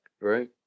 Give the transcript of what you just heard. right